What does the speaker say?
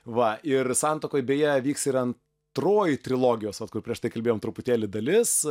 va ir santuokoj beje vyks ir antroji trilogijos vat kur prieš tai kalbėjom truputėlį dalis